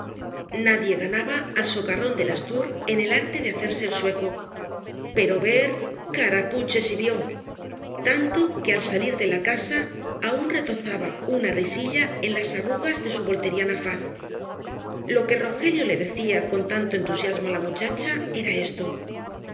nadie ganaba al socarrón del astur en el arte de hacerse el sueco pero ver carapuche si vió tanto que al salir de la casa aún retozaba una risilla en las arrugas de su volteriana faz lo que rogelio le decía con tanto entusiasmo á la muchacha era esto